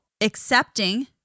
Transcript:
accepting